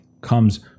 comes